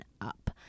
up